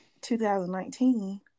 2019